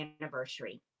anniversary